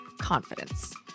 confidence